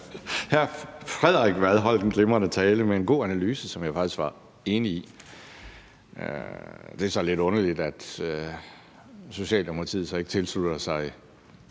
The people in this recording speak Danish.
hr. Frederik Vad holdt en glimrende tale med en god analyse, som jeg faktisk var enig i. Det er så lidt underligt, at Socialdemokratiet ikke tilslutter sig